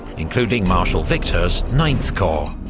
including marshal victor's ninth corps.